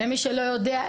למי שלא יודע,